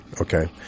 Okay